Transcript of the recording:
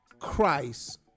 Christ